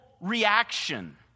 reaction